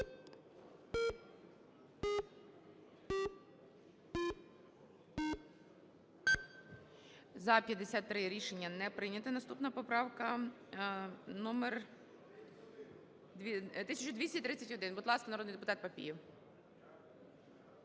За-53 Рішення не прийнято. Наступна поправка номер 1231. Будь ласка, народний депутат Папієв.